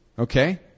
Okay